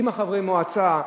עם חברי המועצה,